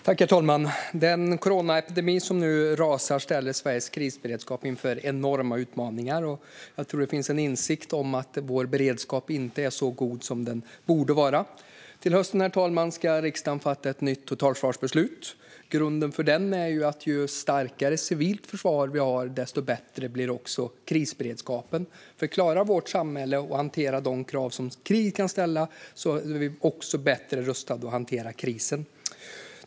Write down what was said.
Herr talman! Den coronaepidemi som nu rasar ställer Sveriges krisberedskap inför enorma utmaningar. Jag tror att det finns en insikt om att vår beredskap inte är så god som den borde vara. Till hösten ska riksdagen fatta ett nytt totalförsvarsbeslut. Grunden för det är att ju starkare civilt försvar vi har, desto bättre blir också krisberedskapen. Om vårt samhälle klarar av att hantera de krav som krig kan ställa oss inför är vi också bättre rustade för att hantera kriser.